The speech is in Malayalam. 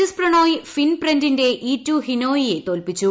എസ് പ്രണോയ് ഫിൻ പ്രന്റിന്റെ ഈറ്റു ഹിനോയ് യെ തോൽപ്പിച്ചു